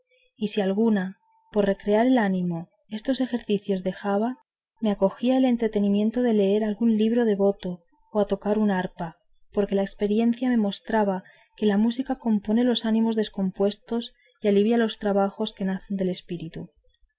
y si alguna por recrear el ánimo estos ejercicios dejaba me acogía al entretenimiento de leer algún libro devoto o a tocar una arpa porque la experiencia me mostraba que la música compone los ánimos descompuestos y alivia los trabajos que nacen del espíritu